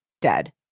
dead